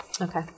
Okay